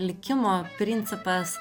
likimo principas